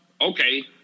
Okay